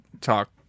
talk